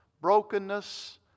brokenness